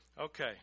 Okay